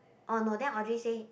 orh no then Audrey say